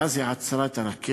ואז היא עצרה את הרכבת.